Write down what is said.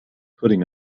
putting